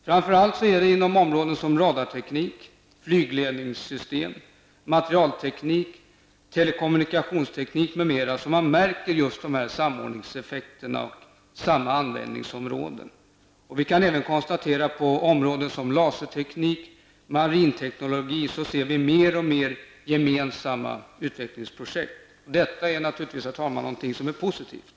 Framför allt är det inom områden som radarteknik, flygledningssystem, materialteknik, telekommunikationsteknik m.m. som man märker dessa samordningseffekter och samma användningsområden. Även på områden som laserteknik och marinteknologi finner man allt fler gemensamma utvecklingsprojekt. Det är naturligtvis något positivt.